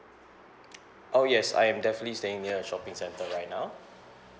oh yes I am definitely staying near a shopping centre right now